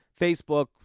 Facebook